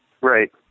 Right